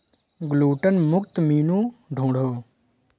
gluten मुक्त menu ढूंढो